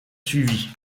suivi